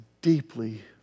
deeply